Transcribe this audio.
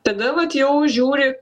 tada vat jau žiūri